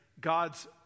God's